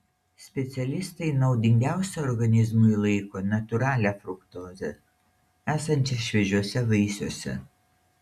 specialistai naudingiausia organizmui laiko natūralią fruktozę esančią šviežiuose vaisiuose